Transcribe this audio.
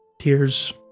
tears